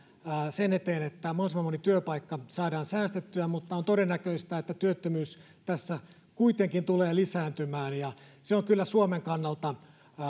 sen eteen että mahdollisimman moni työpaikka saadaan säästettyä mutta on todennäköistä että työttömyys tässä kuitenkin tulee lisääntymään ja se on kyllä suomen kannalta